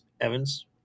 Evans